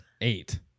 eight